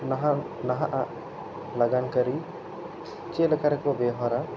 ᱱᱟᱦᱟᱜ ᱱᱟᱦᱟᱜ ᱞᱟᱜᱟᱱᱠᱟᱹᱨᱤ ᱪᱮᱫ ᱞᱮᱠᱟᱨᱮᱠᱚ ᱵᱮᱣᱦᱟᱨᱟ